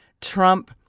Trump